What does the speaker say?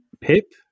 Pip